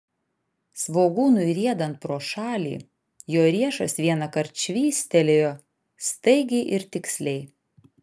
svogūnui riedant pro šalį jo riešas vienąkart švystelėjo staigiai ir tiksliai